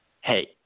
Hey